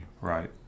Right